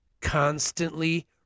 constantly